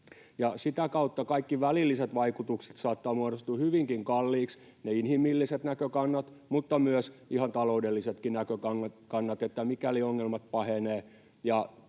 Sitä kautta kaikki välilliset vaikutukset saattavat muodostua hyvinkin kalliiksi, ne inhimilliset näkökannat mutta myös ihan taloudellisetkin näkökannat, mikäli ongelmat pahenevat.